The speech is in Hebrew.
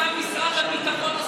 מה עם משרד הביטחון,